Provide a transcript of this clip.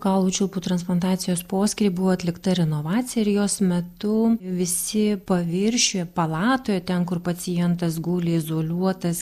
kaulų čiulpų transplantacijos poskyry buvo atlikta renovacija ir jos metu visi paviršiuje palatoje ten kur pacientas guli izoliuotas